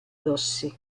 rossi